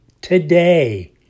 Today